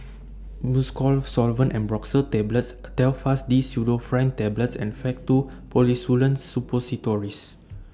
Mucosolvan Ambroxol Tablets A Telfast D Pseudoephrine Tablets and Faktu Policresulen Suppositories